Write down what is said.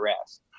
arrest